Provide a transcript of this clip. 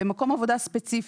במקום עבודה ספציפי.